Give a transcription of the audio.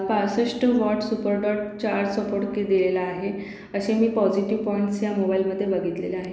पासष्ट watt super डॉट charge support की दिलेला आहे असे मी पॉजिटिव पॉईंट्स या मोबाईलमध्ये बघितलेले आहे